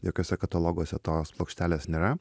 jokiuose kataloguose tos plokštelės nėra